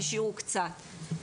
השאירו קצת.